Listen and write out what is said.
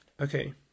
Okay